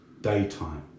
daytime